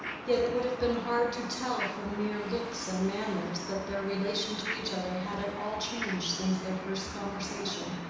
yet it would have been hard to tell from mere looks and manners that their relation to each other had at all changed since their first conversation.